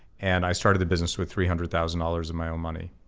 and i started the business with three hundred thousand dollars of my own money.